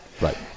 right